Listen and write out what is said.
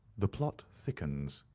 the plot thickens,